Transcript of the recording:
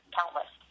countless